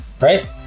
right